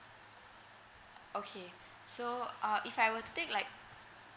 okay so uh if I were to take like